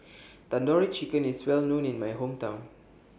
Tandoori Chicken IS Well known in My Hometown